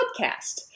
podcast